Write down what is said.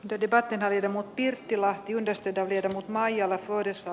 dedicated hirmut pirttilahti menestytä viedä mut maijala vuodessa